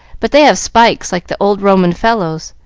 but they have spikes like the old roman fellows.